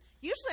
Usually